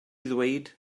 ddweud